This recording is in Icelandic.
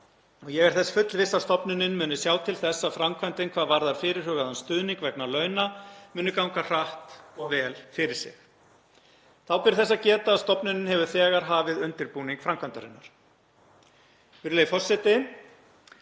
Ég er þess fullviss að stofnunin muni sjá til þess að framkvæmdin hvað varðar fyrirhugaðan stuðning vegna launa muni ganga hratt og vel fyrir sig. Þá ber þess að geta að stofnunin hefur þegar hafið undirbúning framkvæmdarinnar.